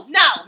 no